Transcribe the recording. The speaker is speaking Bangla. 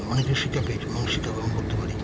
অনেক কিছু শিক্ষা পেয়েছে অনেক শিক্ষা গ্রহণ করতে পারি